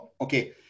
Okay